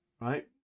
right